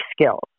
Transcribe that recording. skills